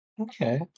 Okay